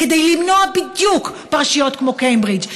כדי למנוע בדיוק פרשיות כמו קיימברידג',